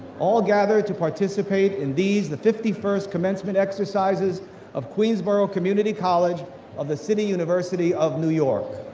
all gathered to participate in these, the fifty first commencement exercises of queensborough community college of the city university of new york.